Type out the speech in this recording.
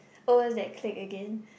oh it's that clique again